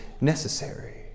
necessary